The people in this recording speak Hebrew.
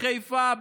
בחיפה,